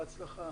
בהצלחה.